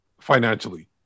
financially